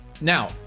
Now